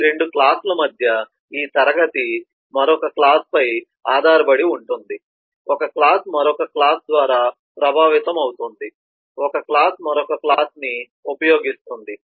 ఇది 2 క్లాస్ ల మధ్య ఈ క్లాస్ మరొక క్లాస్ పై ఆధారపడి ఉంటుంది ఒక క్లాస్ మరొక క్లాస్ ద్వారా ప్రభావితమవుతుంది ఒక క్లాస్ మరొక క్లాస్ ని ఉపయోగిస్తుంది